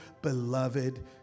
beloved